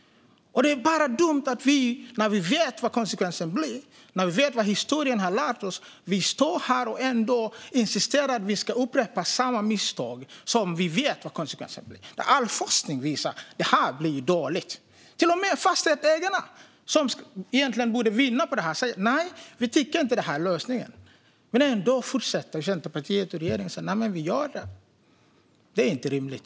När vi vet vad konsekvensen blir och vad historien har lärt oss är det bara dumt att stå här och insistera på att vi ska upprepa samma misstag. Vi vet hur det blir, och all forskning visar att det blir dåligt. Till och med fastighetsägarna, som egentligen vinner på detta, säger att de inte tycker om lösningen. Men ändå fortsätter Centerpartiet och regeringen att säga att detta ska göras. Det är inte rimligt.